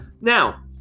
Now